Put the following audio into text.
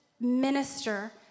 minister